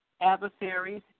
adversaries